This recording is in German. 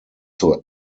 zur